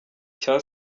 cya